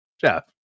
Jeff